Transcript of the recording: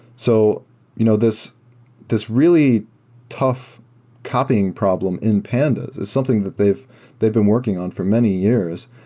so you know this this really tough copying problem in pandas is something that they've they've been working on for many years,